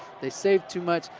they saved too much,